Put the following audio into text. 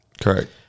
Correct